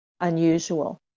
unusual